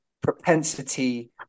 propensity